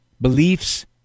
beliefs